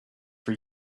for